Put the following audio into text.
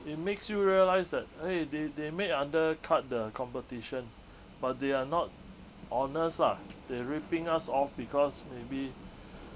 it makes you realised that eh they they made an undercut the competition but they are not honest lah they ripping us off because maybe